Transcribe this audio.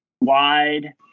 wide